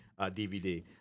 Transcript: DVD